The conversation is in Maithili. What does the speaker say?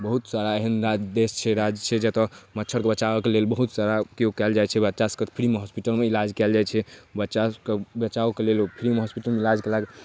बहुत सारा एहन देश छै राज्य छै जतऽ मच्छरके बचावके लेल बहुत सारा उपयोग कएल जाइ छै बच्चासभके फ्रीमे हॉस्पिटलमे इलाज कएल जाइ छै बच्चासभके बचावके लेल फ्रीमे हॉस्पिटलमे इलाज कएल